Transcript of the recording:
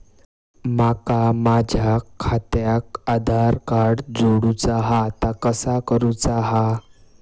माका माझा खात्याक आधार कार्ड जोडूचा हा ता कसा करुचा हा?